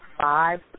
five